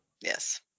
Yes